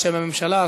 בשם הממשלה,